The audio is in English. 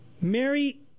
Mary